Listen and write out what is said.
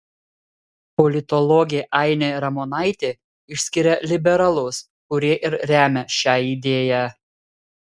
politologė ainė ramonaitė išskiria liberalus kurie ir remia šią idėją